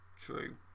True